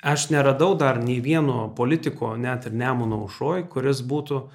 aš neradau dar nei vieno politiko net ir nemuno aušroj kuris būtų